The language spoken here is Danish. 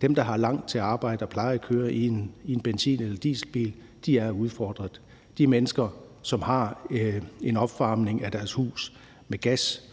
Dem, der har langt til arbejde og plejer at køre i en benzin- eller dieselbil, er udfordret. I forhold til de mennesker, som opvarmer deres hus med gas,